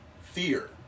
fear